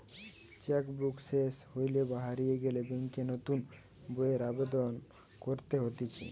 check book সেস হইলে বা হারিয়ে গেলে ব্যাংকে নতুন বইয়ের আবেদন করতে হতিছে